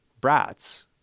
brats